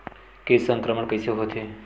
के संक्रमण कइसे होथे?